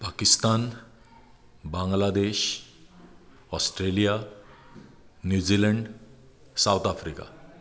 Pakistan Bangladesh Australia New Zealand South Africa